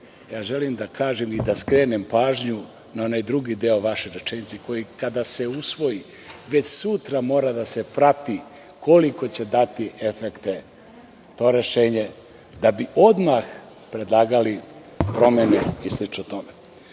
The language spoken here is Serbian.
Ja želim da kažem i da skrenem pažnju na onaj drugi deo vaše rečenice - koja kada se usvoji, već sutra mora da se prati koliko će dati efekte to rešenje da bismo odmah predlagali promene i slično tome.